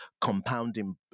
compounding